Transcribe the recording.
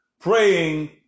praying